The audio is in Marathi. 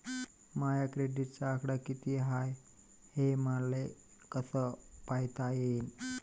माया क्रेडिटचा आकडा कितीक हाय हे मले कस पायता येईन?